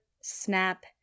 Snap